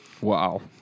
Wow